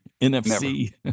NFC